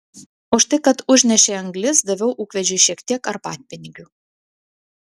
už tai kad užnešė anglis daviau ūkvedžiui šiek tiek arbatpinigių